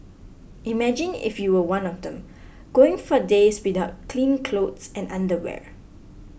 imagine if you were one of them going for days without clean clothes and underwear